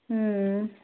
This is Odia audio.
ହଁ